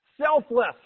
selfless